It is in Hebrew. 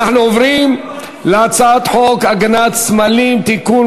אנחנו עוברים להצבעה על הצעת חוק הגנת סמלים (תיקון,